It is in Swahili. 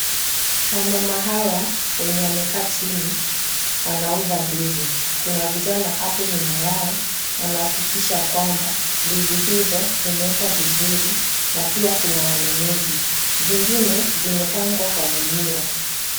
Wamama hawa wenye wamekaa chini wanauza ndizi. Kuna vijana hapo nyuma yao wanahakikisha yakwamba, ndizi hizo zimewekwa vizuri na pia kuna wanunuzi. Zingine zimepangwa kwa gunia.